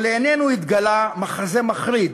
ולעינינו התגלה מחזה מחריד: